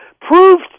proved